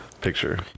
picture